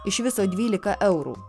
iš viso dvylika eurų